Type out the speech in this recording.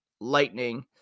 Lightning